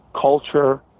culture